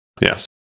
Yes